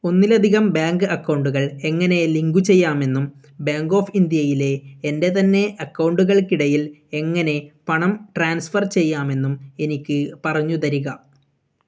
ഒന്നിലധികം ബാങ്ക് അക്കൗണ്ടുകൾ എങ്ങനെ ലിങ്ക് ചെയ്യാമെന്നും ബാങ്ക് ഓഫ് ഇന്ത്യയിലെ എൻ്റെ തന്നെ അക്കൗണ്ടുകൾക്കിടയിൽ എങ്ങനെ പണം ട്രാൻസ്ഫർ ചെയ്യാമെന്നും എനിക്ക് പറഞ്ഞു തരിക